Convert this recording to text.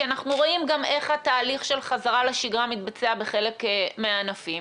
כי אנחנו רואים איך התהליך של חזרה לשגרה מתבצע בחלק מהענפים,